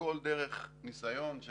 הכול דרך ניסיון.